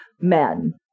men